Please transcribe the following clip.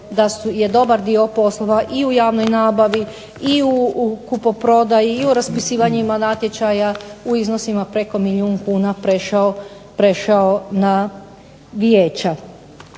da je dobar dio poslova i u javnoj nabavi i u kupoprodaji i u raspisivanjima natječaja u iznosima preko milijun kuna prešao na vijeća.